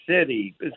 City